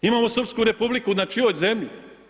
Imamo Srpsku Republiku na čijoj zemlji?